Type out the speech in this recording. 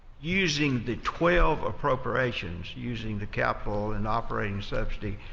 using the twelve appropriations, using the capital and operating subsidy,